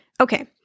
Okay